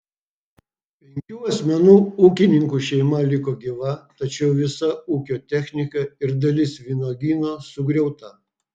penkių asmenų ūkininkų šeima liko gyva tačiau visa ūkio technika ir dalis vynuogyno sugriauta